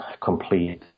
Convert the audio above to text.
complete